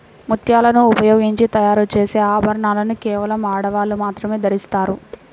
ముత్యాలను ఉపయోగించి తయారు చేసే ఆభరణాలను కేవలం ఆడవాళ్ళు మాత్రమే ధరిస్తారు